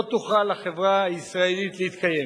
לא תוכל החברה הישראלית להתקיים.